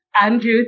Andrew